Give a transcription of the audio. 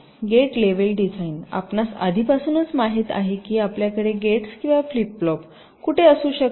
gate level design आपणास आधीपासूनच माहित आहे की आपल्याकडे गेट्स किंवा फ्लिप फ्लॉप कुठे असू शकतात